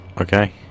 Okay